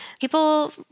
people